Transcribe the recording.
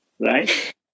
Right